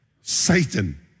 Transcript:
Satan